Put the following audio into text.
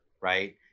right